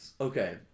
Okay